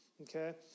okay